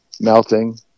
melting